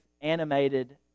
animated